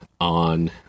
On